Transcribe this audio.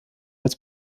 als